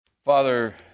Father